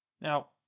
Now